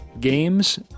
games